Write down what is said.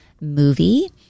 movie